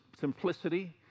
Simplicity